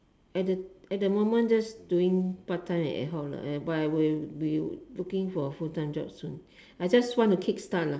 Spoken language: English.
at the at the moment just doing part time and ad-hoc lor but I will be looking for full time job soon at the moment I just want to kick start lah